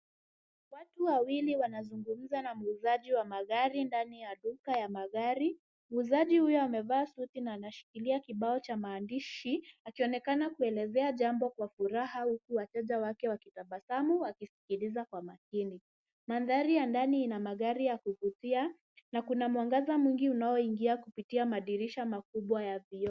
Watu wawili wanazungumza na muuzaji wa magari, ndani ya duka ya mgari. Muuzaji huyo amevaa suti na anashikilia kibao cha maandishi, akionekana kuelezea jambo kwa furaha huku wateja wake wakitabasamu, wakisikiliza kwa makini. Mandhari ya ndani ina magari ya kuvutia, na kuna mwangaza mwingi unaoingia kupitia madirisha makubwa ya vioo.